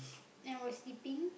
I was sleeping